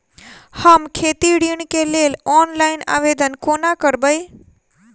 हम खेती ऋण केँ लेल ऑनलाइन आवेदन कोना करबै?